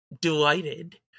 delighted